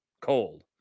Cold